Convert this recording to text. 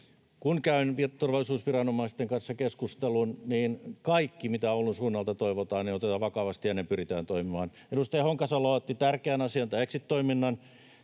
Kun käyn vielä turvallisuusviranomaisten kanssa keskustelun, niin kaikki, mitä Oulun suunnalta toivotaan, otetaan vakavasti, ja näin pyritään toimimaan. Edustaja Honkasalo otti tärkeän asian, tämän exit-toiminnan.